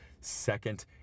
Second